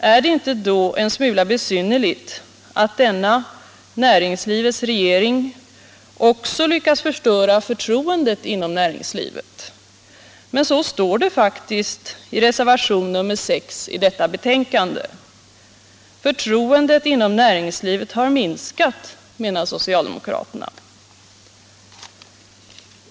Är det inte då en smula besynnerligt att denna näringslivets regering också lyckats förstöra förtroendet inom näringslivet? Så står det faktiskt i reservationen 6 till detta betänkande. ”Förtroendet inom näringslivet har minskat”, menar socialdemokraterna.